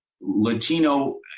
Latino